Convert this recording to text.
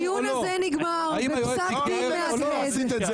הדיון הזה נגמר בפסק דין מהדהד.